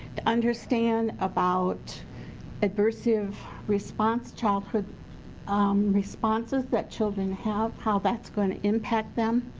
to understand about adversive response. childhood responses that children have, how that's going to impact them.